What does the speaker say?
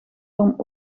van